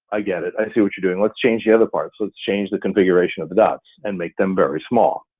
i get it, i see what you're doing, let's change the other part. so let's change the configuration of the dots and make them very small.